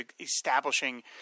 establishing